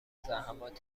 زحمتایی